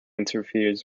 interferes